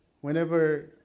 Whenever